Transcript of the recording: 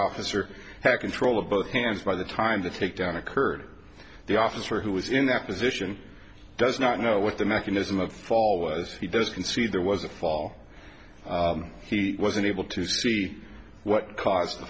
officer had control of both hands by the time the takedown occurred the officer who was in that position does not know what the mechanism of fall as he does concede there was a fall he wasn't able to see what